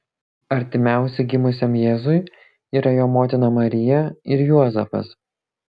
artimiausi gimusiam jėzui yra jo motina marija ir juozapas